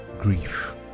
grief